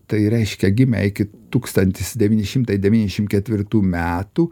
gimė iki tūkstantis devyni šimtai devyniasdešimt ketvirtų metų